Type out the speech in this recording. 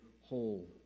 whole